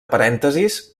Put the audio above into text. parèntesis